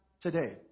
today